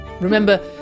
Remember